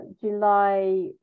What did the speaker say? july